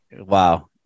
Wow